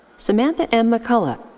samantha m. mccullough.